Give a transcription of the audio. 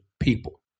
people